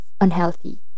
unhealthy